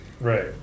right